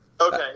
Okay